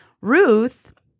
Ruth